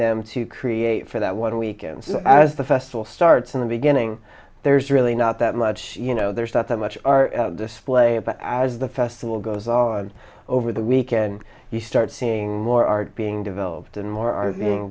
them to create for that one weekend as the festival starts in the beginning there's really not that much you know there's not that much display about as the festival goes on over the weekend you start seeing more art being developed and more are being